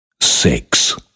six